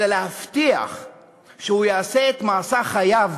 אלא להבטיח שהוא יעשה את מסע חייו